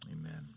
Amen